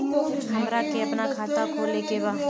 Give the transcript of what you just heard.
हमरा के अपना खाता खोले के बा?